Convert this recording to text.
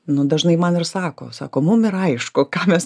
nu dažnai man ir sako sako mum ir aišku ką mes